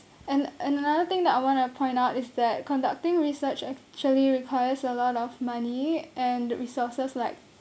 and another thing that I want to point out is that conducting research actually requires a lot of money and resources like